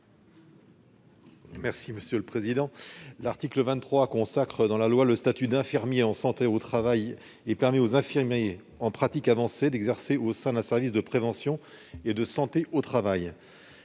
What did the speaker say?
M. Martin Lévrier. L'article 23 consacre dans la loi le statut d'infirmier de santé au travail et permet aux infirmiers en pratique avancée d'exercer au sein d'un service de prévention et de santé au travail.